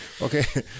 Okay